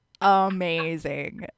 amazing